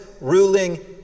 ruling